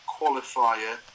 qualifier